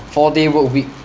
four day work week